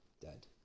dead